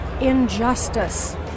injustice